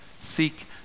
Seek